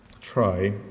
try